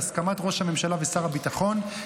בהסכמת ראש הממשלה ושר הביטחון,